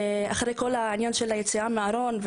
אחרי כל העניין של היציאה מהארון,